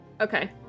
Okay